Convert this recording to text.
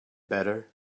better